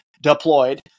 deployed